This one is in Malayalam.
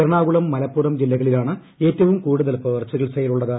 എറണാകുളം മലപ്പുറം ജില്ലകളിലാണ് ഏറ്റവും കൂടുതൽ പേർ ചികിത്സയിലുള്ളത്